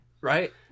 Right